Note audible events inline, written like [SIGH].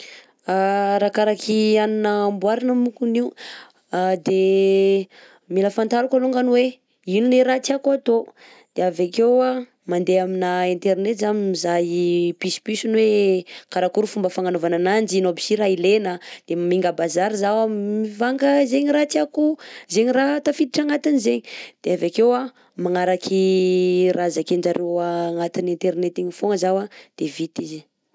[HESITATION] Arakaraky hanina amboarina mokony io, de mila fantariko alongany hoe ino le raha tiako atao, de avekeo an mandeha amina internet zaho mizaha pitsopitsony hoe karakory fomba fagnanovana ananjy, ino aby sy raha ilena, de minga a bazary zaho [HESITATION] mivanga zegny raha tiako zegny raha tafiditra agnatiny zegny, de avekeo an magnaraky raha zakenjareo agnatiny internet igny fogna zaho an de vita izy.